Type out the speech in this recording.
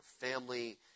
family